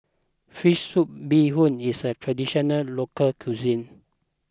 Fish Soup Bee Hoon is a Traditional Local Cuisine